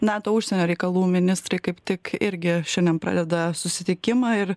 nato užsienio reikalų ministrai kaip tik irgi šiandien pradeda susitikimą ir